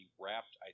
wrapped